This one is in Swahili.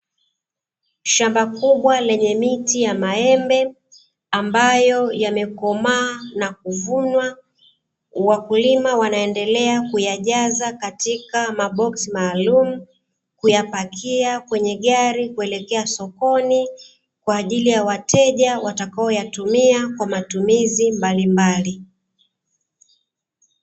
Shamba kubwa lenye miti ya maembe ambayo yamekomaa na kuvunwa, wakulima wanaendelea kuyajaza katika maboksi maalumu, kuyapakia kwenye gari kuelekea sokoni kwa ajili ya wateja watakaoyatumia kwa matumizi mbalimbali.